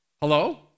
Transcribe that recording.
Hello